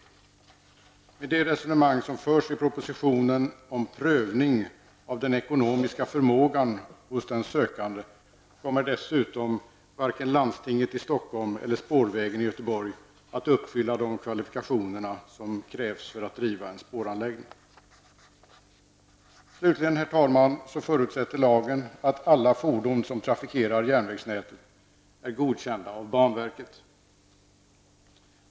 Med de resonemang som förs i propositionen om prövning av den ekonomiska förmågan hos den sökande, kommer dessutom varken landstinget i Stockholm eller spårvägen i Göteborg att uppfylla de kvalifikationer som krävs för att driva en spåranläggning. Slutligen, herr talman, förutsätter lagen att alla fordon som trafikerar järnvägsnätet är godkända av banverket.